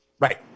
Right